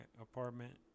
apartment